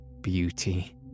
beauty